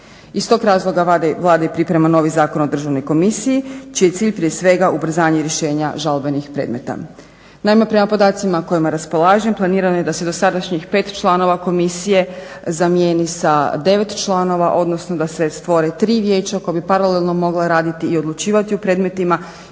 Iz tog razloga Vlada i priprema novi Zakon o Državnoj komisiji čiji je cilj prije svega ubrzanje rješenja žalbenih predmeta. Naime, prema podacima kojima raspolažem planirano je da se dosadašnjih 5 članova komisije zamijeni sa 9 članova, odnosno da se stvore 3 vijeća koja bi paralelno mogla raditi i odlučivati u predmetima